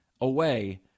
away